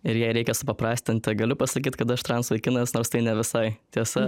ir jei reikia supaprastint tai galiu pasakyt kad aš transvaikinas nors tai ne visai tiesa